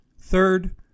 Third